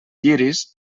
lliris